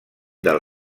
del